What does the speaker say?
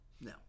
No